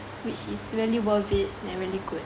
which is really worth it they're really good